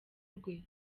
rwe